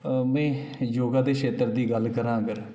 में योगा दे क्षेत्र दी गल्ल करांऽ अगर